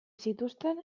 zituzten